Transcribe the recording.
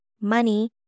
money